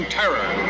terror